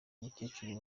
umukecuru